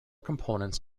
components